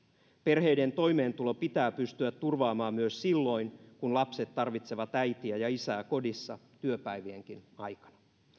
perheiden toimeentulo pitää pystyä turvaamaan myös silloin kun lapset tarvitsevat äitiä ja isää kodissa työpäivienkin